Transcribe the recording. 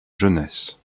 jeunesse